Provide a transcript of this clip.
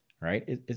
right